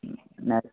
ഞാൻ